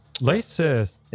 Laces